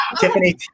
Tiffany